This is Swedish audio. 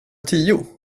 tio